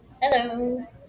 Hello